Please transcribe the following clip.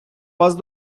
вас